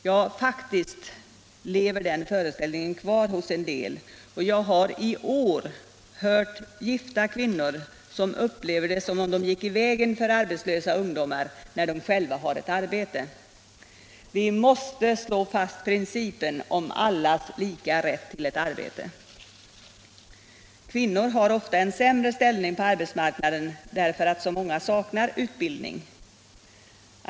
Ja, den föreställningen lever faktiskt kvar hos en del kvinnor. Jag har i år hört gifta kvinnor som upplever det som om de gick i vägen för arbetslösa ungdomar, om politiken politiken de själva har ett arbete. Vi måste slå fast principen om allas lika rätt till arbete. Kvinnor har ofta en sämre ställning på arbetsmarknaden därför att så många av dem saknar utbildning.